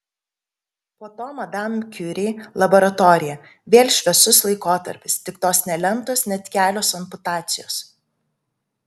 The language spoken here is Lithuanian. po to madam kiuri laboratorija vėl šviesus laikotarpis tik tos nelemtos net kelios amputacijos